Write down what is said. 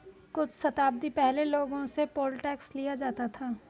कुछ शताब्दी पहले लोगों से पोल टैक्स लिया जाता था